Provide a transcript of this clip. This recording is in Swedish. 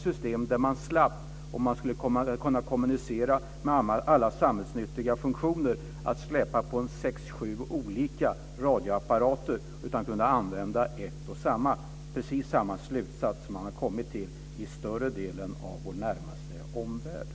Man skulle slippa att släpa på sex sju olika radioapparater om man ville kommunicera med alla samhällsnyttiga funktioner utan skulle kunna använda en och samma. Precis samma slutsats har man kommit till i större delen av vår närmaste omvärld.